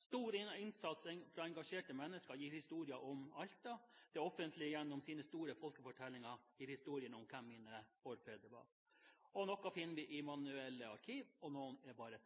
Stor innsats fra engasjerte mennesker gir historien om Alta. Det offentlige gjennom sine store folketellinger gir historien om hvem våre forfedre var. Noe finner vi i manuelle arkiv, og noe er bare